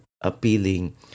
appealing